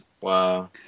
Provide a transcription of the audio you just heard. Wow